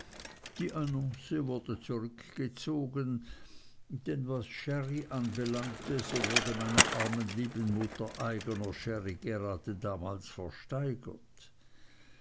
die annonce wurde zurückgezogen denn was sherry anbelangte so wurde meiner armen lieben mutter eigner sherry gerade damals versteigert